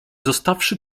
zostawszy